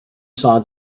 saw